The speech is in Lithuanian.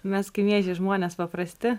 mes kaimiečiai žmonės paprasti